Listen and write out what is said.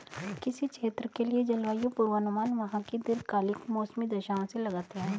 किसी क्षेत्र के लिए जलवायु पूर्वानुमान वहां की दीर्घकालिक मौसमी दशाओं से लगाते हैं